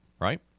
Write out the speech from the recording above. right